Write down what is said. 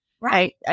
Right